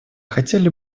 хотели